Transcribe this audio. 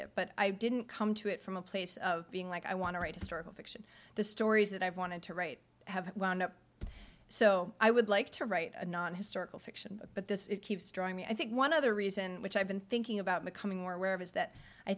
it but i didn't come to it from a place of being like i want to write historical fiction the stories that i've wanted to write have wound up so i would like to write a non historical fiction but this it keeps drawing me i think one other reason which i've been thinking about becoming more aware of is that i